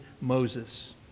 Moses